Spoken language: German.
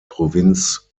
provinz